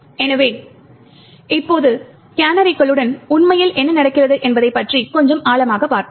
எனவே இப்போது கேனரிகளுடன் உண்மையில் என்ன நடக்கிறது என்பதைப் பற்றி கொஞ்சம் ஆழமாகப் பார்ப்போம்